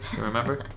remember